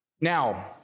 Now